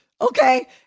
Okay